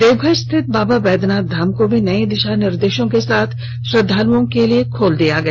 देवघर स्थित बाबा वैद्यनाथ धाम को भी नये दिशा निर्देशों के साथ श्रद्वालुओं को लिए खोल दिया गया